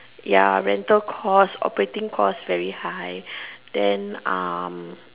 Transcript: ya rental cost operating cost very high then um